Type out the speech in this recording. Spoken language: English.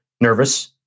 nervous